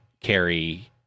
carry